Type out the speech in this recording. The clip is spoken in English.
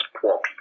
poor